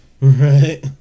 Right